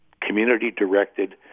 community-directed